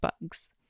bugs